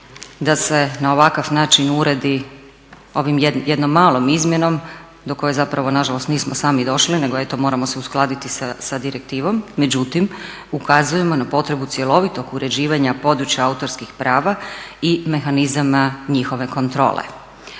da se na ovakav način uredi ovom jednom malom izmjenom do koja zapravo nažalost nismo sami došli nego eto moramo se uskladiti s direktivom međutim ukazujemo na potrebu cjelovitog uređivanja područja autorskih prava i mehanizama njihove kontrole.